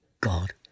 God